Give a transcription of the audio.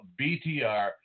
BTR